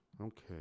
Okay